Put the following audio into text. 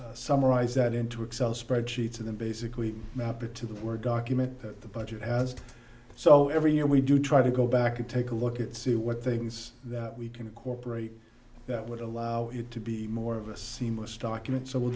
then summarize that into excel spreadsheets and then basically map it to the word document that the budget has so every year we do try to go back and take a look at see what they can see that we can incorporate that would allow it to be more of a seamless document so we'll